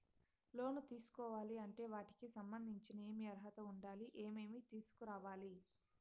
లోను తీసుకోవాలి అంటే వాటికి సంబంధించి ఏమి అర్హత ఉండాలి, ఏమేమి తీసుకురావాలి